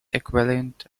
equivalent